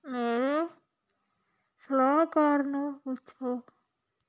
ਮੇਰੇ ਸਲਾਹਕਾਰ ਨੂੰ ਪੁੱਛੋ